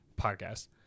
podcast